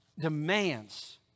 demands